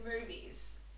movies